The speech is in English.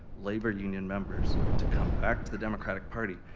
labor union members, to come back to the democratic party,